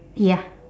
ya